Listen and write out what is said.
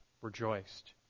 rejoiced